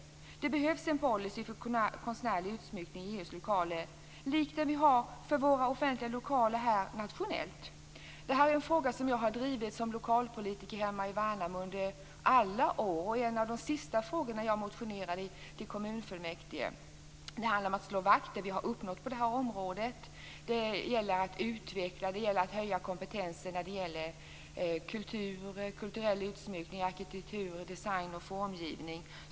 Det behövs en policy för konstnärlig utsmyckning, lik den vi har för våra offentliga lokaler nationellt. Detta är en fråga som jag har drivit som lokalpolitiker hemma i Värnamo under alla år. En av de sista frågor jag motionerade om till kommunfullmäktige gällde att slå vakt om det vi har uppnått på detta område. Det gäller också att utveckla och höja kompetensen när det gäller kultur, konstnärlig utsmyckning, arkitektur, design och formgivning.